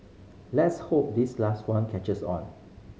let's hope this last one catches on